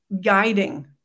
guiding